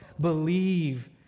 believe